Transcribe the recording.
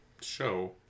show